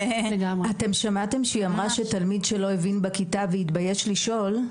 אתם שמעתם שהיא אמרה שתלמיד שלא הבין בכיתה והתבייש לשאול,